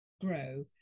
Grow